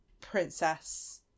princess